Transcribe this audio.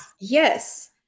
Yes